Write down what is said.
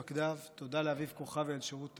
תודה לאביב כוכבי עלן שירות ממושך,